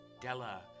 Della